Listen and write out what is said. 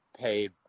paid